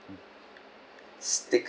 steak